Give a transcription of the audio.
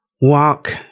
walk